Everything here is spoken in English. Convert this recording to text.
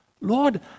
Lord